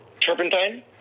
turpentine